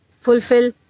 fulfill